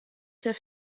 der